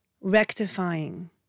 rectifying